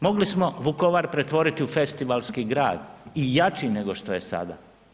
Mogli smo Vukovar pretvoriti u festivalski grad i jači nego što je sada.